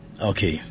okay. (